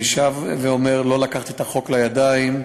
אני שב ואומר לא לקחת את החוק לידיים.